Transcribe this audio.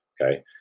Okay